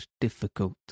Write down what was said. difficult